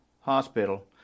hospital